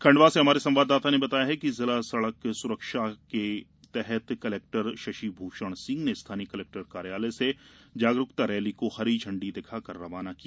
खंडवा से हमारे संवाददाता ने बताया है कि जिला सड़क सुरक्षा के तहत कलेक्टर शशिभूषण सिंह ने स्थानीय कलेक्टर कार्यालय से जागरूकता रैली को हरी झंडी दिखाकर रवाना किया